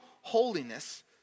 holiness